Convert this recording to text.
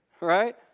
right